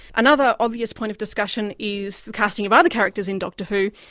another obvious point of discussion is the casting of other characters in doctor who.